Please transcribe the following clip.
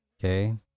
Okay